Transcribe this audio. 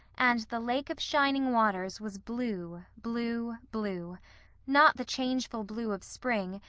and the lake of shining waters was blue blue blue not the changeful blue of spring,